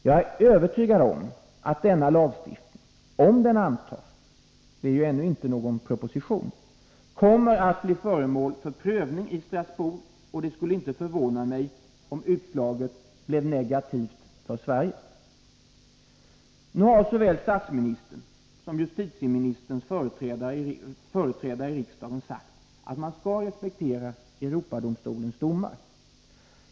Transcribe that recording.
Jag är övertygad om att denna lagstiftning, om den antas — det föreligger ju ännu inte någon proposition — kommer att bli föremål för prövning i Strasbourg, och det skulle inte förvåna mig om utslaget blev negativt för Sverige. Nu har såväl statsministern som justitieministerns företrädare i riksdagen sagt att man skall respektera Europadomstolens domar.